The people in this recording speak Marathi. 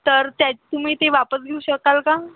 तर त्या तुम्ही ते वापस घेऊ शकाल का